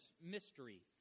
mystery